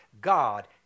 God